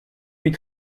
huit